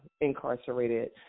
incarcerated